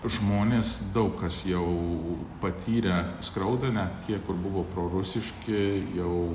žmonės daug kas jau patyrę skriaudą net tie kur buvo prorusiški jau